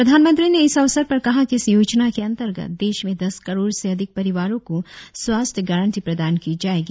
प्रधानमंत्री ने इस अवसर पर कहा कि इस योजना के अंतर्गत देश में दस करोड़ से अधिक परिवारों को स्वास्थ्य गारंटी प्रदान की जाएगी